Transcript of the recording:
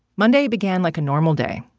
monday began like a normal day.